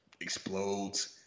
explodes